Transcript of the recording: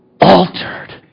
altered